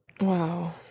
Wow